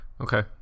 Okay